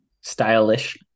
Stylish